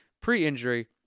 pre-injury